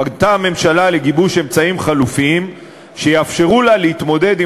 פנתה הממשלה לגיבוש אמצעים חלופיים שיאפשרו לה להתמודד עם